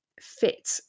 fit